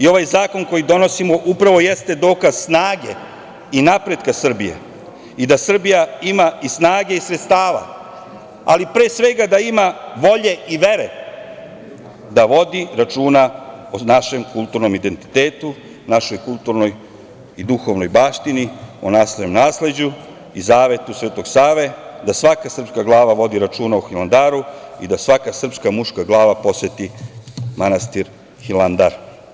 Ovaj zakon koji donosimo upravo jeste dokaz snage i napretka Srbije i da Srbija ima i snage i sredstava, ali pre svega da ima volje i vere da vodi računa o našem kulturnom identitetu, našoj kulturnoj i duhovnoj baštini, o našem nasleđu i zavetu Svetog Save da svaka srpska glava vodi računa o Hilandaru i da svaka srpska muška glava poseti manastir Hilandar.